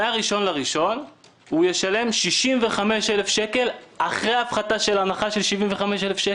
מ-1 בינואר הוא ישלם 65,000 שקל אחרי הפחתה של הנחה של 75,000 שקל.